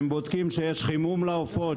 הם בודקים שיש חימום לעופות,